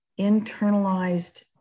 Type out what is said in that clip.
internalized